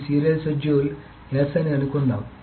ఈ serial schedule S అని అనుకుందాం